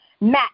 Matt